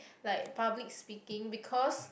like public speaking because